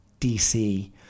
DC